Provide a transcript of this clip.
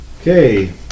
Okay